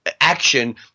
action